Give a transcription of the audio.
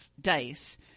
dice